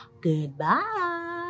Goodbye